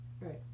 Right